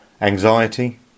anxiety